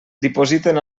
dipositen